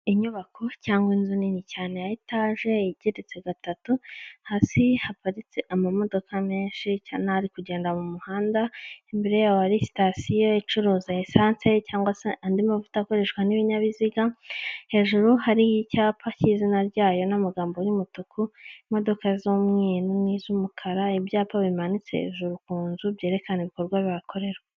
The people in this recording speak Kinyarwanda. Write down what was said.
Inyubako cyangwa inzu nini cyane ya etaje igeretse gatatu, hasi haparitse amamodoka menshi n'ari kugenda mu muhanda, imbere yayo hari sitasiyo icuruza esanse cyangwa se andi mavuta akoreshwa n'ibinyabiziga, hejuru hari icyapa cy'izina ryayo n'amagambo y'umutuku, imodoka z'umweru n'iz'umukara, ibyapa bimanitse hejuru ku nzu byerekana ibikorwa bihakorerwa.